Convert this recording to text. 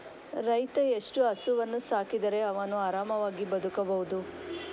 ರೈತ ಎಷ್ಟು ಹಸುವನ್ನು ಸಾಕಿದರೆ ಅವನು ಆರಾಮವಾಗಿ ಬದುಕಬಹುದು?